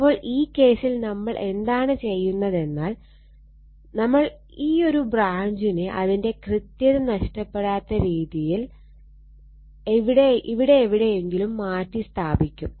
അപ്പോൾ ഈ കേസിൽ നമ്മൾ എന്താണ് ചെയ്യുകയെന്നാൽ നമ്മൾ ഈ ഒരു ബ്രാഞ്ചിനെ അതിന്റെ കൃത്യത നഷ്ടപ്പെടാത്ത രീതിയിൽ ഇവിടെയെവിടെങ്കിലും മാറ്റി സ്ഥാപിക്കും